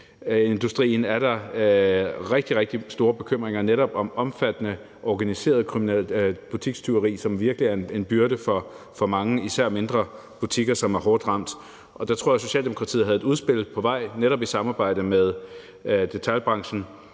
detailindustrien er der netop rigtig, rigtig store bekymringer om omfattende organiseret butikstyveri, som virkelig er en byrde for mange, især mindre butikker, som er hårdt ramt. Og der tror jeg, at Socialdemokratiet havde et udspil på vej, netop i samarbejde med detailbranchen,